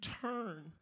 turn